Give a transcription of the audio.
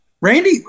Randy